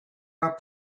are